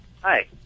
Hi